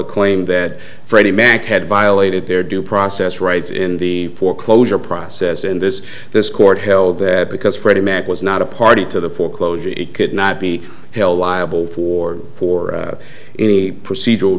a claim that freddie mac had violated their due process rights in the foreclosure process and this this court held that because freddie mache was not a party to the foreclosure he could not be held liable for for any procedural